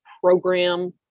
program